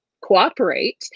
cooperate